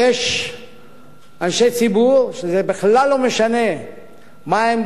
יש אנשי ציבור שזה בכלל לא משנה מה העמדה,